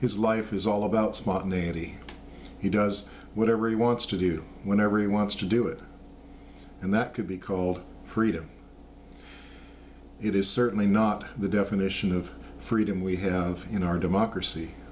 his life is all about spontaneity he does whatever he wants to do whenever he wants to do it and that could be called freedom it is certainly not the definition of freedom we have in our democracy